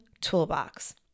toolbox